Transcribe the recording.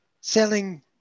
selling